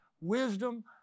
wisdom